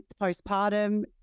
postpartum